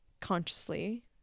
consciously